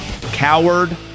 Coward